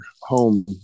home